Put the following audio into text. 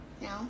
No